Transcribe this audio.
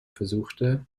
versuchte